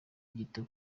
gito